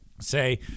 say